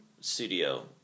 studio